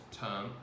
term